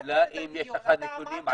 מיקי, אל תסיט את הדיון, אתה